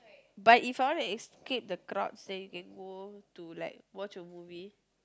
but if all right is escape the crowd so you can go to like watch a movie